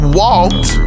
walked